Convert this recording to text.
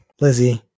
Lizzie